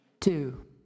Two